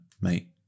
mate